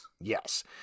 Yes